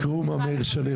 נעים מאוד,